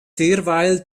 derweil